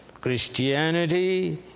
Christianity